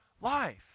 life